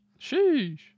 Sheesh